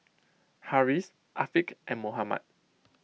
Harris Afiq and Muhammad